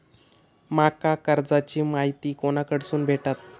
माका कर्जाची माहिती कोणाकडसून भेटात?